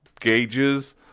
gauges